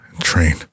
train